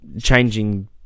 changing